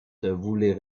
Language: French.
voulait